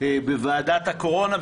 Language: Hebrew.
בוועדת הקורונה,